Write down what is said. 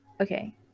Okay